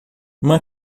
uma